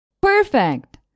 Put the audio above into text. Perfect